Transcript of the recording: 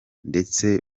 ndetse